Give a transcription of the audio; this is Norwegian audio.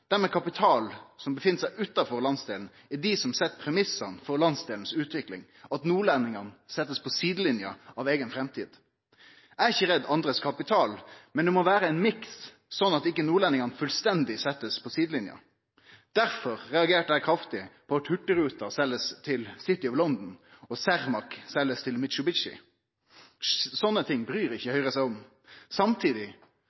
dei med kapital, som er utanfor landsdelen – som set premissane for landsdelen si utvikling, og at nordlendingane blir sette på sidelinja når det gjeld si eiga framtid. Eg er ikkje redd for andre sin kapital, men det må vere ein miks, sånn at nordlendingane ikkje blir fullstendig sette på sidelinja. Difor reagerte eg kraftig på at Hurtigruten blir selt til City of London, og at Cermaq blir selt til Mitsubishi. Sånne ting